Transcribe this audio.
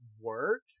work